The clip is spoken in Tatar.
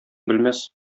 белмәс